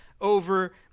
over